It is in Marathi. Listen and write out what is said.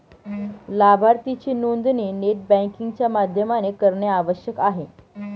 लाभार्थीची नोंदणी नेट बँकिंग च्या माध्यमाने करणे आवश्यक आहे